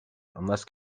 unless